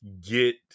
get